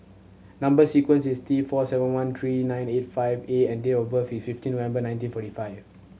number sequence is T four seven one three nine eight five A and date of birth is fifteen November nineteen forty five